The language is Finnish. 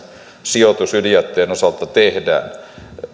sijoitus ydinjätteen osalta tehdään